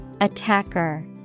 Attacker